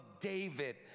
David